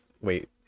wait